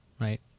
right